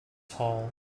hall